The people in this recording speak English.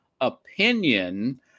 opinion